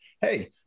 hey